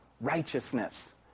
Righteousness